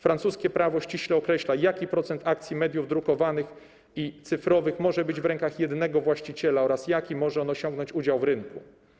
Francuskie prawo ściśle określa, jaki procent akcji mediów drukowanych i cyfrowych może być w rękach jednego właściciela oraz jaki może on osiągnąć udział w rynku.